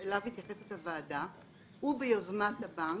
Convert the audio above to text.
אליו מתייחסת הוועדה - ביוזמת הבנק,